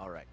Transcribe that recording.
all right